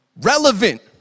Relevant